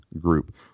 group